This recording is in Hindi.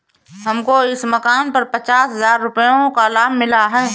हमको इस मकान पर पचास हजार रुपयों का लाभ मिला है